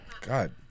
God